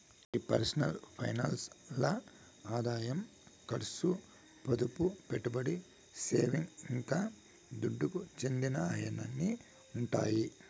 ఈ personal finance ల్ల ఆదాయం కర్సు, పొదుపు, పెట్టుబడి, సేవింగ్స్, ఇంకా దుడ్డుకు చెందినయ్యన్నీ ఉండాయి